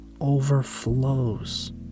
overflows